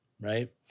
right